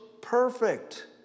perfect